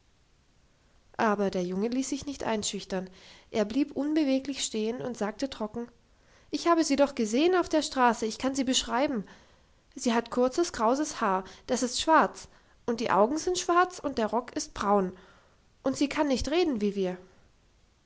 aber der junge ließ sich nicht einschüchtern er blieb unbeweglich stehen und sagte trocken ich habe sie doch gesehen auf der straße ich kann sie beschreiben sie hat kurzes krauses haar das ist schwarz und die augen sind schwarz und der rock ist braun und sie kann nicht reden wie wir